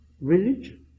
religion